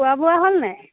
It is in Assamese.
খোৱা বোৱা হ'ল নাই